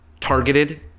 targeted